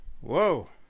Whoa